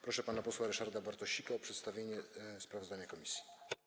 Proszę pana posła Ryszarda Bartosika o przedstawienie sprawozdania komisji.